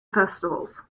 festivals